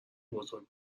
بزرگ